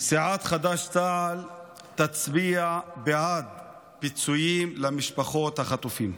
סיעת חד"ש-תע"ל תצביע בעד פיצויים למשפחות החטופים.